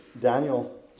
Daniel